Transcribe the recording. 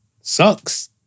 Sucks